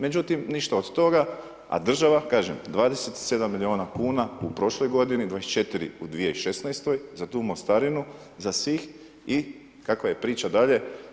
Međutim, ništa od toga, a država 27 milijuna kuna u prošloj godini, 24 u 2016. za tu mostarinu za svih i kakva je priča dalje?